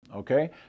Okay